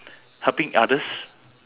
sometimes if I got time